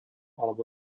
alebo